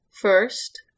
first